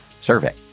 survey